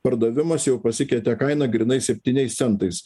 pardavimas jau pasikeitė kaina grynai septyniais centais